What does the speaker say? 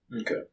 Okay